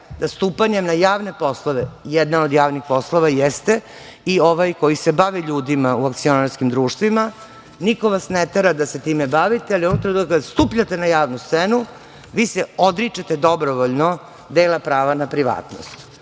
da stupanjem na javne poslove, a jedan od javnih poslova jeste i ovaj kojim se bave ljudi u akcionarskim društvima, niko vas ne tera da se time bavite. Onog trenutka kada stupate na javnu scenu, vi se odričete dobrovoljno dela prava na privatnost.